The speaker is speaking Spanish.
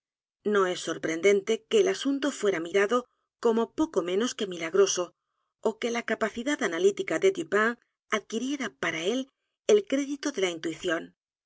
no es sorprendente que el asunto fuera mirado como poco menos que milagroso ó que la capacidad analítica de dupin adquiriera para él el crédito de la intuición